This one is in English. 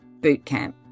bootcamp